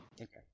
Okay